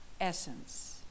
essence